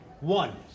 One